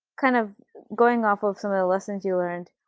kind of going off of some of the lessons you learned,